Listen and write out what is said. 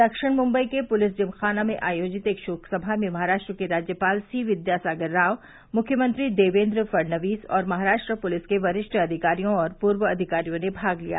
दक्षिण मुंबई के police gymkhana में आयोजित एक शोक सभा में महाराष्ट्र के राज्यपाल सीविद्यासागर राव मुख्यमंत्री देवेन्द्र फणनवीस और महाराष्ट्र पुलिस के वरिष्ठ अधिकारियों और पूर्व अधिकारियों ने भाग लिया